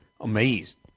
amazed